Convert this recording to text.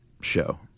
show